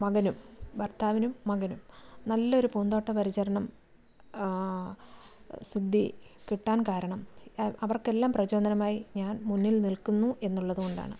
മകനും ഭർത്താവിനും മകനും നല്ലൊരു പൂന്തോട്ട പരിചരണം സിദ്ധി കിട്ടാൻ കാരണം അവർക്ക് എല്ലാം പ്രചോദനമായി ഞാൻ മുന്നിൽ നിൽക്കുന്നു എന്നുള്ളത് കൊണ്ടാണ്